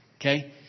okay